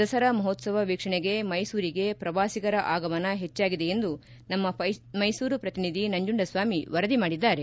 ದಸರಾ ಮಹೋತ್ಸವ ವೀಕ್ಷಣೆಗೆ ಮೈಸೂರಿಗೆ ಪ್ರವಾಸಿಗರ ಆಗಮನ ಹೆಚ್ಚಾಗಿದೆ ಎಂದು ನಮ್ಮ ಮೈಸೂರು ಪ್ರತಿನಿಧಿ ನಂಜುಂಡಸ್ವಾಮಿ ವರದಿ ಮಾಡಿದ್ದಾರೆ